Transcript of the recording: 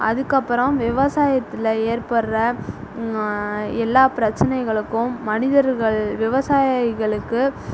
அதுக்கு அப்புறம் விவசாயத்தில் ஏற்படற எல்லா பிரச்சினைகளுக்கும் மனிதர்கள் விவசாயிகளுக்கு